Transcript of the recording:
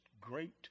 great